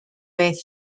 beth